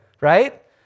right